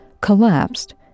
collapsed